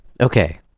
Okay